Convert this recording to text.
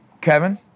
Kevin